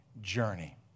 journey